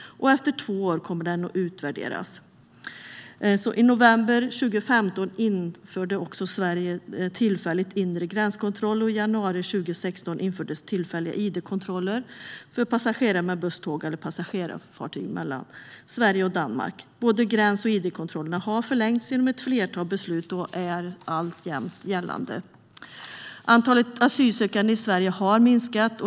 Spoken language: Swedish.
Efter två år kommer den att utvärderas. I november 2015 införde Sverige tillfällig inre gränskontroll och i januari 2016 infördes tillfälliga id-kontroller för passagerare med buss, tåg eller passagerarfartyg mellan Sverige och Danmark. Både gräns och id-kontrollerna har förlängts genom ett flertal beslut och är alltjämt gällande. Antalet asylsökande i Sverige har minskat.